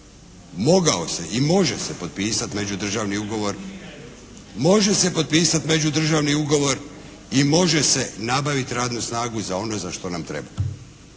ugovor. Može se potpisati međudržavni ugovor i može se nabaviti radnu snagu za ono za što nam treba.